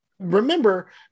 Remember